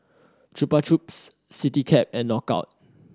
Chupa Chups Citycab and Knockout